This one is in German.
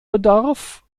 bedarf